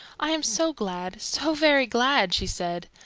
i am so glad, so very glad! she said.